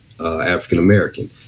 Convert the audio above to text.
African-American